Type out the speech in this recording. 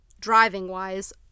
driving-wise